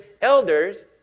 elders